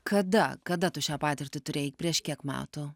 kada kada tu šią patirtį turėjai prieš kiek metų